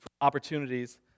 opportunities